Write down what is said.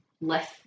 less